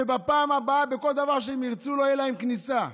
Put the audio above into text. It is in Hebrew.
שבפעם הבאה בכל דבר שהם ירצו לא תהיה להם כניסה.